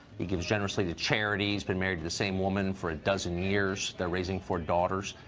he gives generously to charity, he's been married to the same woman for a dozen years they're raising four daughters.